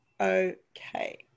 okay